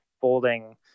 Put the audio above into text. folding